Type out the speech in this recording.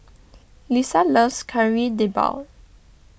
Lissa loves Kari Debal